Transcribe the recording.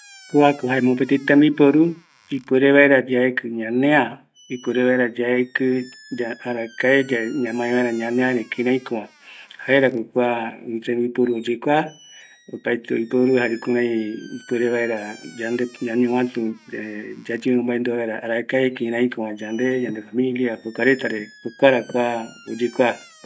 Kuako jae mopetɨ tembiporu ipuere vaera yaekɨ ñanea, yande puerevaera ñamae arakae yave ñanea yaesa vaera, jaera kua tembiporu oyekua, jaera yayembo maendua vaera arakae kiraiko yandeva jokuara kua oyekua